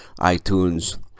iTunes